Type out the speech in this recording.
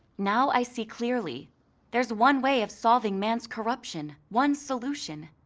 now i see clearly there's one way of solving man's corruption, one solution,